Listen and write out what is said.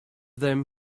them